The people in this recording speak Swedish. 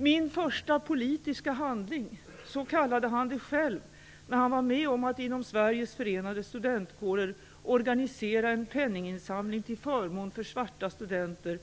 "Min första politiska handling" - så kallade han det själv när han var med om att inom Sveriges förenade studentkårer organisera en penninginsamling till förmån för svarta studenter,